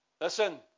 Listen